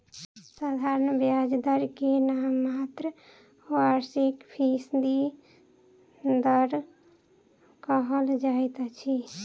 साधारण ब्याज दर के नाममात्र वार्षिक फीसदी दर कहल जाइत अछि